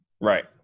Right